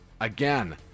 again